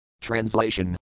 Translation